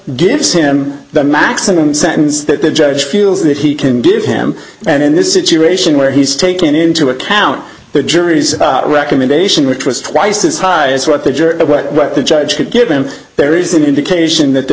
gives him the maximum sentence that the judge feels that he can give him and in this situation where he's taken into account the jury's recommendation which was twice as high as what the jury what the judge could give him there is an indication that the